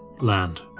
land